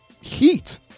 heat